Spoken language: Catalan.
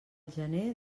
gener